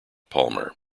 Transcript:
palmer